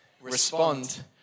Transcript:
respond